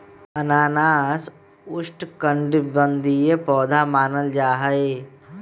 अनानास उष्णकटिबंधीय पौधा मानल जाहई